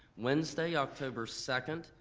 wednesday, october second,